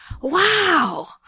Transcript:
Wow